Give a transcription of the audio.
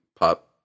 pop